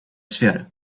сферы